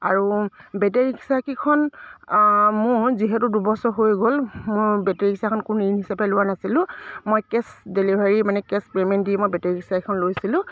আৰু বেটেৰী ৰিক্সাকেইখন মোৰ যিহেতু দুবছৰ হৈ গ'ল মোৰ বেটেৰী ৰিক্সাখন একো লোন হিচাপে লোৱা নাছিলোঁ মই কেছ ডেলিভাৰী মানে কেছ পে'মেণ্ট দি মই বেটেৰী ৰিক্সা এখন লৈছিলোঁ